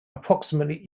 approximately